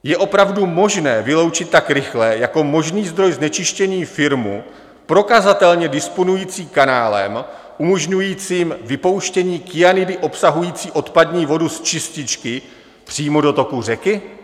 Je opravdu možné vyloučit tak rychle jako možný zdroj znečištění firmu, prokazatelně disponující kanálem umožňujícím vypouštění kyanidy obsahující odpadní vodu z čističky přímo do toku řeky?